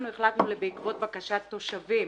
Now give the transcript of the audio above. החלטנו, בעקבות בקשה של תושבים,